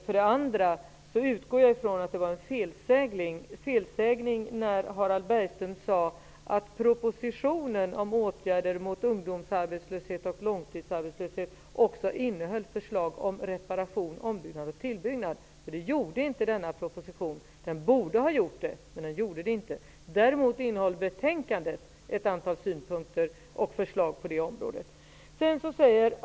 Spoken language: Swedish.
För det andra utgår jag ifrån att det var en felsägning när Harald Bergström sade att propositionen om åtgärder mot ungdomsarbetslöshet och långtidsarbetslöshet också innehöll förslag om reparation, ombyggnad och tillbyggnad. Det gjorde inte den här propositionen. Men den borde ha gjort det. Däremot innehöll betänkandet ett antal synpunkter och förslag på det området.